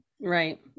Right